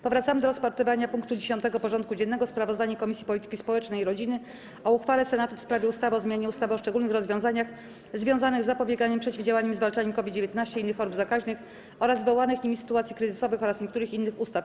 Powracamy do rozpatrzenia punktu 10. porządku dziennego: Sprawozdanie Komisji Polityki Społecznej i Rodziny o uchwale Senatu w sprawie ustawy o zmianie ustawy o szczególnych rozwiązaniach związanych z zapobieganiem, przeciwdziałaniem i zwalczaniem COVID-19, innych chorób zakaźnych oraz wywołanych nimi sytuacji kryzysowych oraz niektórych innych ustaw.